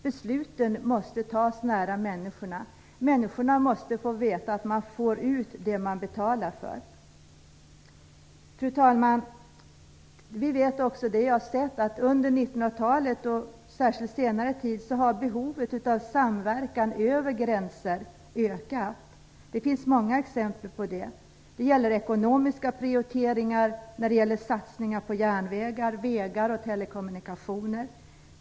Besluten måste fattas nära människorna. Människorna måste veta att man får ut det man betalar för. Fru talman! Vi vet också att under 1900-talet, särskilt senare tid, har behovet av samverkan över gränser ökat. Det finns många exempel på det. Det gäller ekonomiska prioriteringar vid satsningar på järnvägar, vägar och telekommunikationer.